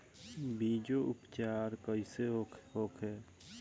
बीजो उपचार कईसे होखे?